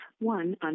one